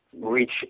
reach